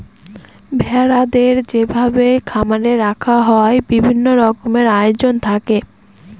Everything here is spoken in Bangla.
ভেড়াদের যেভাবে খামারে রাখা হয় বিভিন্ন রকমের আয়োজন থাকে